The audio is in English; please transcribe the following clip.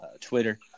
Twitter